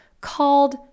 called